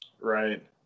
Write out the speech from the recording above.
Right